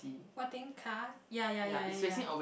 what thing car ya ya ya ya ya